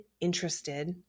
interested